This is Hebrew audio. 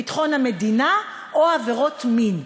ביטחון המדינה או בעבירות מין.